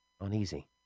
uneasy